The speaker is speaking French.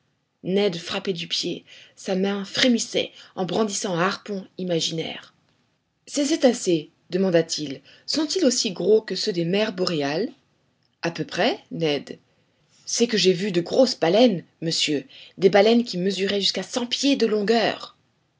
ned frappait du pied sa main frémissait en brandissant un harpon imaginaire ces cétacés demanda-t-il sont-ils aussi gros que ceux des mers boréales a peu près ned c'est que j'ai vu de grosses baleines monsieur des baleines qui mesuraient jusqu'à cent pieds de longueur